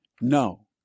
no